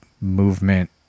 movement